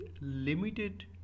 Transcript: limited